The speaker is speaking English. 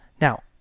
Now